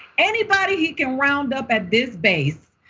anybody he can round up at this base,